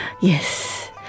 Yes